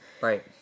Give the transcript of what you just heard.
Right